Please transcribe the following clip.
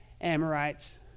Amorites